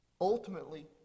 Ultimately